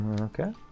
Okay